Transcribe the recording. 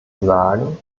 sagen